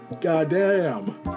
Goddamn